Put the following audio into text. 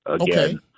again